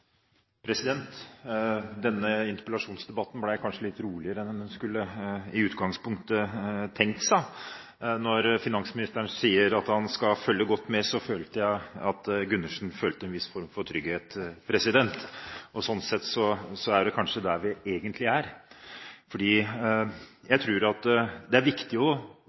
Denne interpellasjonsdebatten ble kanskje litt roligere enn en i utgangspunktet hadde tenkt seg. Da finansministeren sa at han skulle følge godt med, følte jeg at Gundersen følte en viss form for trygghet. Sånn sett er det kanskje der vi egentlig er. Jeg tror at det er viktig å